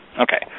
Okay